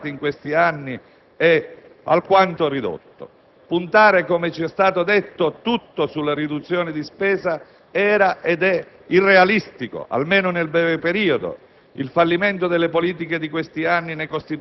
del bilancio pubblico, ulteriormente aggravati in questi anni, è alquanto ridotto. Puntare, come ci è stato detto, tutto sulla riduzione di spesa era ed è irrealistico, almeno nel breve periodo